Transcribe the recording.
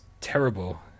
terrible